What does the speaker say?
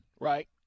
right